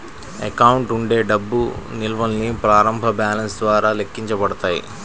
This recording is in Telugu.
అకౌంట్ ఉండే డబ్బు నిల్వల్ని ప్రారంభ బ్యాలెన్స్ ద్వారా లెక్కించబడతాయి